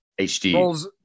HD